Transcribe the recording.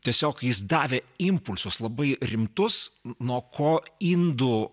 tiesiog jis davė impulsus labai rimtus nuo ko indų